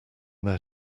their